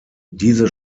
diese